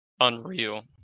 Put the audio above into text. unreal